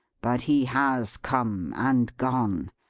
but he has come and gone.